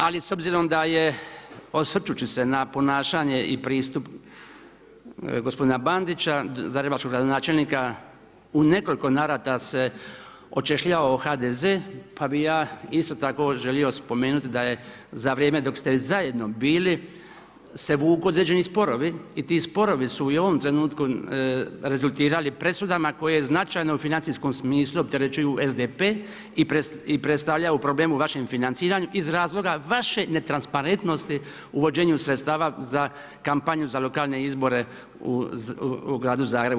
Ali s obzirom da je osvrčući se na ponašanje i pristup gospodina Bandića, zagrebačkog gradonačelnika u nekoliko navrata se očešljao o HDZ pa bih ja isto tako želio spomenuti da je za vrijeme dok ste zajedno bili se vuku određeni sporovi i ti sporovi su i u ovom trenutku rezultirali presudama koje značajno u financijskom smislu opterećuju SDP i predstavljaju problem u vašem financiranju iz razloga vaše netransparentnosti u vođenju sredstava za kampanju za lokalne izbore u gradu Zagrebu.